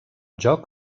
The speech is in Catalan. joc